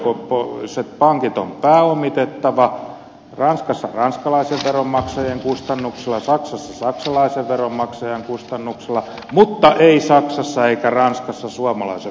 elinkelpoiset pankit on pääomitettava ranskassa ranskalaisen veronmaksajan kustannuksella saksassa saksalaisen veronmaksajan kustannuksella mutta ei saksassa eikä ranskassa suomalaisen veronmaksajan kustannuksella